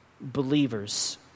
believers